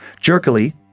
jerkily